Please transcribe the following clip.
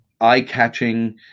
eye-catching